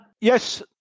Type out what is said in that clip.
Yes